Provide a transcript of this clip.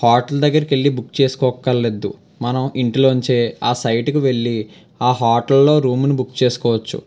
hotel దగ్గరకెళ్లి book చేసుకోవక్కర్లేదు మనం ఇంటిలోంచే ఆ సైట్కి వెళ్లి ఆ హోటల్లో రూములు బుక్ చేసుకోవచ్చు